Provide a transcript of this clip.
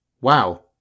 wow